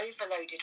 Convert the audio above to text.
overloaded